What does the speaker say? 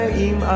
im